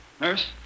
nurse